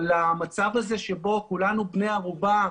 המצב הזה שבו כולנו בני ערובה